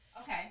Okay